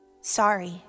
Sorry